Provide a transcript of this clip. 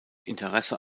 interesse